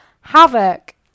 havoc